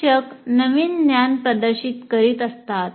शिक्षक नवीन ज्ञान प्रदर्शित करीत असतात